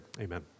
Amen